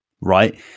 right